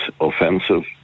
offensive